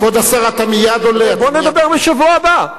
בוא נדבר בשבוע הבא.